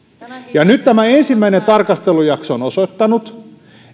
nyt tämä ensimmäinen tarkastelujakso on osoittanut